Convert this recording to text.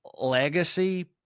legacy